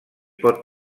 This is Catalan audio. pot